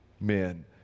men